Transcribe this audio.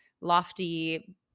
lofty